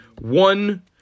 One